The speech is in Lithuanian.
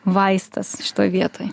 vaistas šitoj vietoj